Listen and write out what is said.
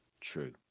True